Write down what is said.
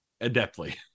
adeptly